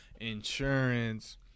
insurance